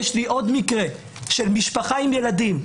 יש לי עוד מקרה של משפחה עם ילדים,